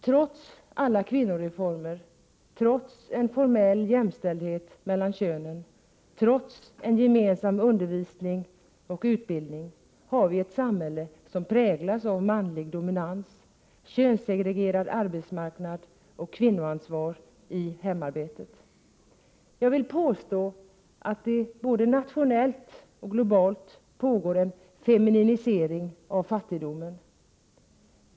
Trots alla kvinnoreformer, trots en formell jämställdhet mellan könen, trots en gemensam undervisning och utbildning har vi ett samhälle som präglas av manlig dominans, könssegregerad arbetsmarknad och kvinnoansvar i hemarbetet. Jag vill påstå att det både nationellt och globalt pågår en femininisering av fattigdomen.